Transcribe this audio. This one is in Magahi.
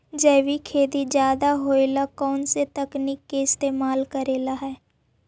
जैविक खेती ज्यादा होये ला कौन से तकनीक के इस्तेमाल करेला हई?